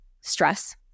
stress